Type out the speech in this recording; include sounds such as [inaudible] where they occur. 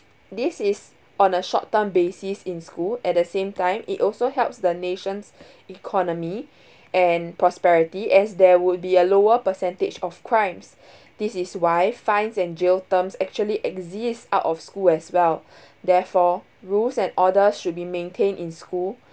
this is on a short term basis in school at the same time it also helps the nation's [breath] economy [breath] and prosperity as there would be a lower percentage of crimes [breath] this is why fines and jail terms actually exist out of school well [breath] therefore rules and order should be maintained in school